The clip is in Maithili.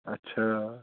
अच्छा